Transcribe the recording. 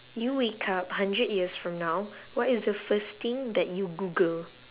you wake up hundred years from now what is the first thing that you google